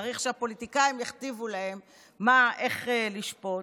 צריך שהפוליטיקאים יכתיבו להם איך לשפוט.